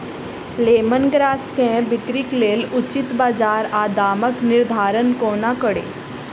Lemon grass केँ बिक्रीक लेल उचित बजार आ दामक निर्धारण कोना कड़ी?